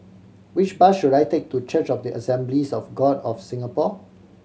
which bus should I take to Church of the Assemblies of God of Singapore